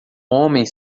homem